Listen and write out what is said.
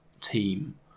team